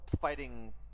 fighting